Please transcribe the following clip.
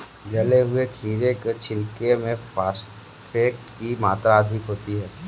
जले हुए खीरे के छिलके में फॉस्फेट की मात्रा अधिक होती है